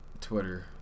Twitter